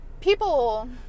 people